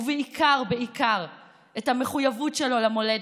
ובעיקר בעיקר את המחויבות שלו למולדת,